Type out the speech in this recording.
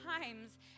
times